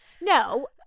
no